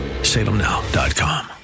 salemnow.com